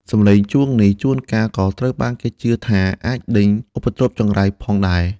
សំឡេងជួងនេះ ជួនកាលក៏ត្រូវបានគេជឿថាអាចដេញឧបទ្រពចង្រៃផងដែរ។